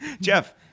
Jeff